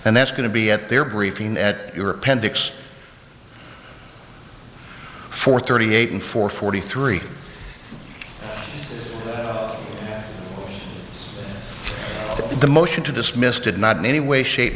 and that's going to be at their briefing at your appendix four thirty eight and four forty three the motion to dismiss did not in any way shape